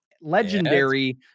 legendary